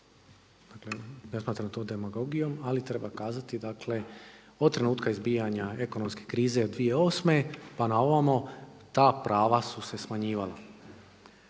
dakle ne smatram to demagogijom ali treba kazati dakle od trenutka izbijanja ekonomske krize od 2008. pa na ovamo ta prava su se smanjivala.